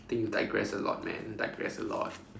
I think you digress a lot man digress a lot